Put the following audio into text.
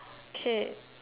K